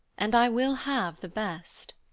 and i will have the best.